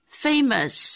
famous